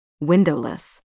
windowless